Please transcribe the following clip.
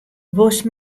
wolst